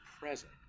present